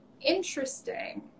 interesting